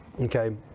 okay